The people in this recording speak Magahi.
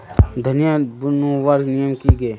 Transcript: धनिया बूनवार नियम की गे?